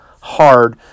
hard